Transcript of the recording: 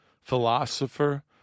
philosopher